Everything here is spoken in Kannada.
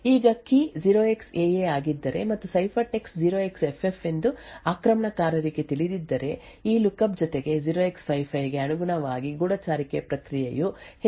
ಈಗ ಕೀ 0xAA ಆಗಿದ್ದರೆ ಮತ್ತು ಸೈಫರ್ಟೆಕ್ಸ್ಟ್ 0xಎಫ್ಎಫ್ ಎಂದು ಆಕ್ರಮಣಕಾರರಿಗೆ ತಿಳಿದಿದ್ದರೆ ಈ ಲುಕಪ್ ಜೊತೆಗೆ 0x55 ಗೆ ಅನುಗುಣವಾಗಿ ಗೂಢಚಾರಿಕೆ ಪ್ರಕ್ರಿಯೆಯು ಹೆಚ್ಚಿನ ಸಂಖ್ಯೆಯ ಕ್ಯಾಶ್ ಮಿಸ್ ಗಳನ್ನು ನೋಡುತ್ತದೆ